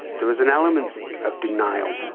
there was an element of denial,